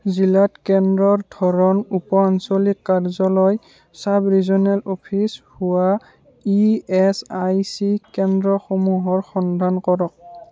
জিলাত কেন্দ্ৰৰ ধৰণ উপ আঞ্চলিক কাৰ্যালয় চাব ৰিজ'লেন অ'ফিচ হোৱা ই এচ আই চি কেন্দ্ৰসমূহৰ সন্ধান কৰক